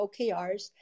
OKRs